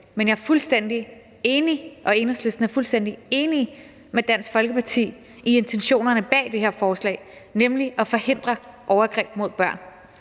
er fuldstændig enige med Dansk Folkeparti i intentionerne bag det her forslag, nemlig at forhindre overgreb mod børn.